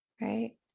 right